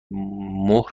مهر